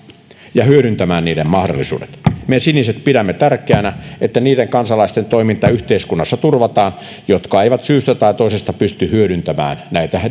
ja hyödyntämään niiden mahdollisuudet me siniset pidämme tärkeänä että niiden kansalaisten toiminta yhteiskunnassa turvataan jotka eivät syystä tai toisesta pysty hyödyntämään näitä